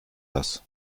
das